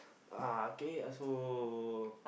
uh K so